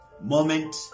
moment